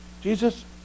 Jesus